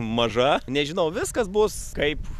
maža nežinau viskas bus kaip